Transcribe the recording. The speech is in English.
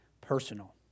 personal